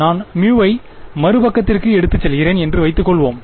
நான் ஐ மறுபக்கத்திற்கு எடுத்து செல்கிறேன் என்று வைத்துக்கொள்வோம்